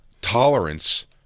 tolerance